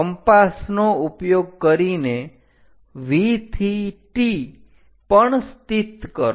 compass નો ઉપયોગ કરીને V થી T પણ સ્થિત કરો